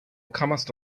comest